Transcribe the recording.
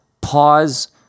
pause